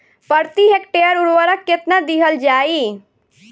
प्रति हेक्टेयर उर्वरक केतना दिहल जाई?